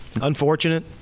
Unfortunate